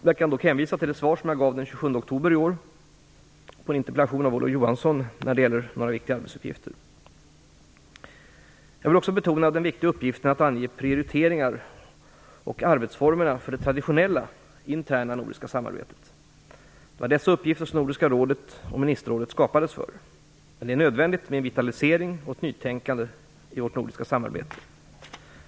Jag kan dock hänvisa till det svar som jag gav den 27 oktober i år på en interpellation av Olof Johansson när det gäller några viktiga arbetsuppgifter. Jag vill också betona den viktiga uppgiften att ange prioriteringar och arbetsformerna för det traditionella interna nordiska samarbetet. Det var dessa uppgifter som Nordiska rådet och ministerrådet skapades för. Men det är nödvändigt med en vitalisering och ett nytänkande i vårt nordiska samarbete.